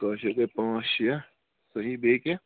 کٲشِر گٔے پانٛژھ شےٚ صحیح بیٚیہِ کیٚنٛہہ